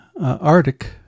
Arctic